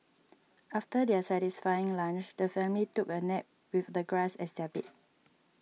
after their satisfying lunch the family took a nap with the grass as their bed